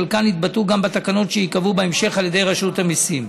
שחלקן יתבטאו גם בתקנות שייקבעו בהמשך על ידי רשות המיסים.